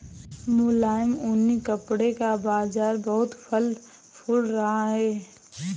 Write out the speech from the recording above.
मुलायम ऊनी कपड़े का बाजार बहुत फल फूल रहा है